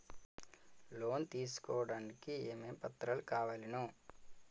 Loan తీసుకోడానికి ఏమేం పత్రాలు కావలెను?